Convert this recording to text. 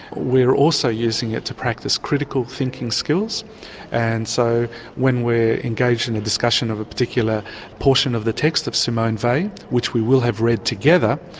we're also using it to practise critical thinking skills and so when we're engaged in a discussion of a particular portion of the text of simone weil, which we will have read together,